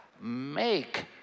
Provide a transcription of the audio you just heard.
make